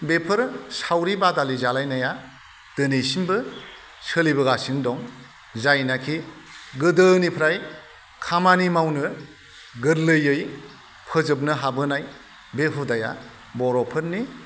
बेफोरो सावरि बादालि जालायनाया दिनैसिमबो सोलिबोगासिनो दं जायनाखि गोदोनिफ्राय खामानि मावनो गोरलैयै फोजोबनो हाबोनाय बे हुदाया बर'फोरनि